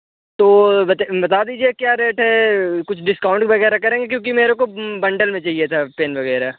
तो बत बता दीजिए क्या कैसे कुछ डिस्काउंट वगैरह करेंगे क्योंकि मेरे को बंडल में चाहिए थे पेन वगैरह